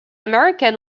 american